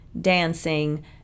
dancing